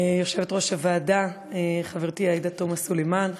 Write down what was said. יושבת-ראש הוועדה חברתי עאידה תומא סלימאן,